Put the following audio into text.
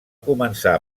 començar